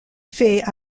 fait